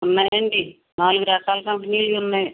ఉన్నాయి అండి నాలుగు రకాల కంపెనీలు ఉన్నాయి